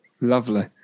Lovely